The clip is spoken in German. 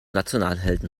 nationalhelden